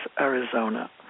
Arizona